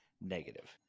Negative